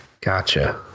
Gotcha